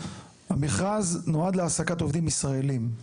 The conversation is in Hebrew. המכרז נועד להעסקת עובדים ישראלים.